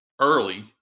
early